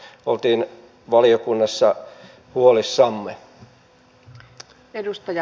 tästä olimme valiokunnassa huolissamme